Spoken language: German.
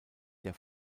der